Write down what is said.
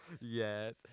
Yes